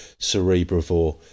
Cerebravore